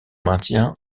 maintien